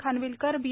Khanwilkar बी